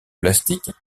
plastiques